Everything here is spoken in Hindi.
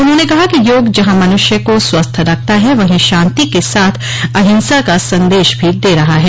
उन्होंने कहा कि योग जहां मनुष्य को स्वस्थ रखता है वहीं शांति के साथ अहिंसा का संदेश भी दे रहा है